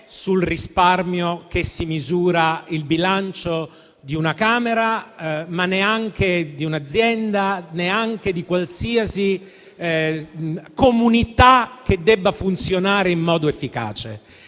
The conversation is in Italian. sul risparmio che si misura il bilancio di una Camera, ma neanche quello di un'azienda o di qualsiasi comunità che debba funzionare in modo efficace.